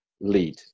lead